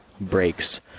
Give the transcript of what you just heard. breaks